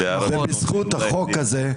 אבל בזכות החוק הזה,